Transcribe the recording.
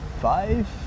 five